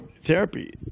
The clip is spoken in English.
therapy